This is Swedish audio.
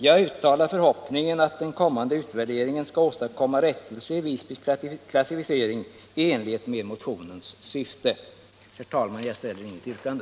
Jag uttalar förhoppningen att den kommande utvärderingen skall åstadkomma rättelse i Visbys klassificering i enlighet med motionens syfte. Herr talman! Jag ställer här inget yrkande.